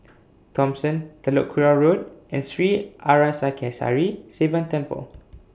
Thomson Telok Kurau Road and Sri Arasakesari Sivan Temple